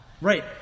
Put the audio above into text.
Right